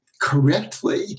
correctly